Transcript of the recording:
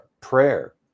prayer